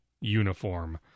uniform